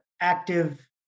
active